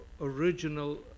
original